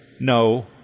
no